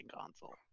console